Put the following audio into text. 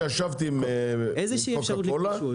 אני יודע שישבתי עם קוקה קולה,